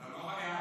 אתה לא חייב.